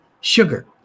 sugar